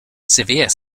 severe